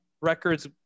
records